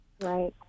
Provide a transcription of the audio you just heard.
Right